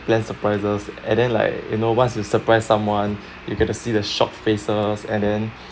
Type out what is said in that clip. plan surprises and then like you know once you surprise someone you get to see the shock faces and then